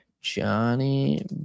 Johnny